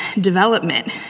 development